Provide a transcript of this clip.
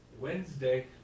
Wednesday